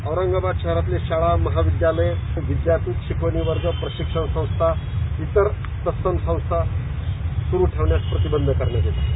औरंगाबाद शहरातले शाळा महाविद्यालये विद्यापीठ शिकवणी वर्ग प्रशिक्षण संस्था इतर तत्सम संस्था सुरू ठेवण्यास प्रतिबंध घालण्यात आला आहे